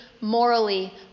morally